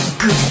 Good